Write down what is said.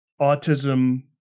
autism